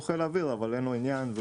הוא חיל האוויר אבל אין לו עניין.